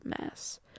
mess